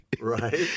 Right